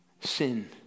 sin